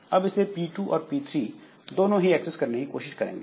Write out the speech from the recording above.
अब इसे P2 और P3 दोनों ही एक्सेस करने की कोशिश करेंगे